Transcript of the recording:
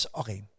okay